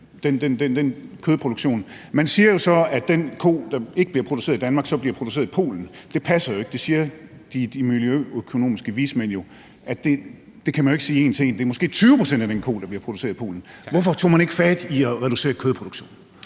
Man siger så, at den ko, der ikke bliver produceret i Danmark, så bliver produceret i Polen, men det passer jo ikke. Det siger de miljøøkonomiske vismænd – at det kan man ikke sige en til en. Det er måske 20 pct. af den ko, der bliver produceret i Polen. Hvorfor tog man ikke fat i at reducere kødproduktionen?